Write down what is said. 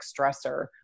stressor